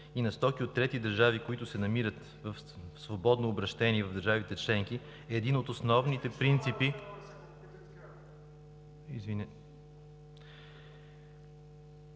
и на стоки от трети държави, които се намират в свободно обръщение в държавите членки, е един от основните принципи на